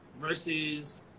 versus